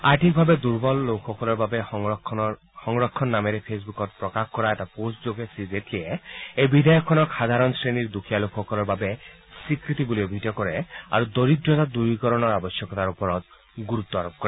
আৰ্থিকভাৱে দুৰ্বল লোকসকলৰ বাবে সংৰক্ষণ নামেৰে ফেচবুকত প্ৰকাশ কৰা এটা পষ্ট যোগে শ্ৰীজেটলীয়ে এই বিধেয়কখনক সাধাৰণ শ্ৰেণীৰ দুখীয়া লোকসকলৰ বাবে স্বীকৃতি বুলি অভিহিত কৰে আৰু দৰিদ্ৰতা দূৰীকৰণৰ আৱশ্যকতাৰ ওপৰত গুৰুত্ আৰোপ কৰে